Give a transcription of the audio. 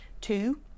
two